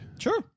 Sure